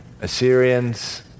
Assyrians